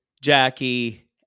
Jackie